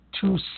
two